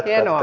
hienoa